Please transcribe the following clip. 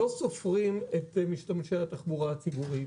לא סופרים את משתמשי התחבורה הציבורית.